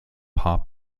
hop